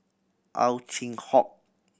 Ow Chin Hock